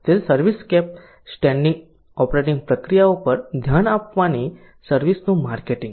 તેથી servicescape standing operating પ્રક્રિયાઓ પર ધ્યાન આપવાની સર્વિસ નું માર્કેટિંગ